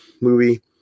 movie